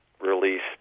released